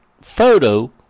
photo